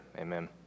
Amen